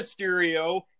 Mysterio